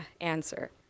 answer